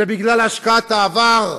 זה בגלל השקעת העבר,